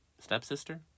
stepsister